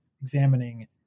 examining